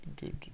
good